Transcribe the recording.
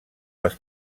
les